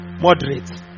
Moderate